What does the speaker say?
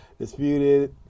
disputed